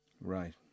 Right